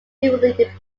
differently